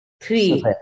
Three